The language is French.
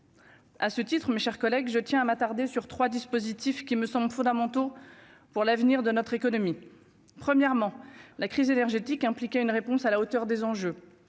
à ce titre, mes chers collègues, je tiens à m'attarder sur 3 dispositifs qui me semble fondamentaux pour l'avenir de notre économie, premièrement la crise énergétique impliqué une réponse à la hauteur des enjeux,